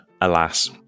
Alas